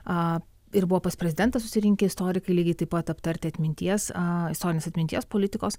a ir buvo pas prezidentą susirinkę istorikai lygiai taip pat aptarti atminties a istorinės atminties politikos